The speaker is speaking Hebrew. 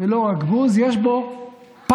ולא רק בוז, יש בו פחד.